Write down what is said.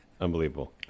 unbelievable